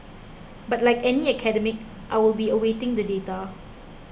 but like any academic I will be awaiting the data